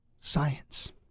science